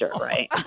right